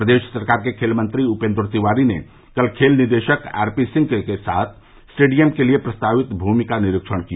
प्रदेश सरकार के खेल मंत्री उपेंद्र तिवारी ने कल खेल निदेशक आर पी सिंह के साथ स्टेडियम के लिए प्रस्तावित भूमि का निरीक्षण किया